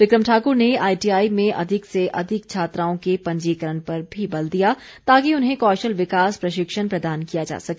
विक्रम ठाकुर ने आईटीआई में अधिक से अधिक छात्राओं के पंजीकरण पर भी बल दिया ताकि उन्हें कौशल विकास प्रशिक्षण प्रदान किया जा सके